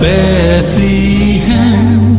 Bethlehem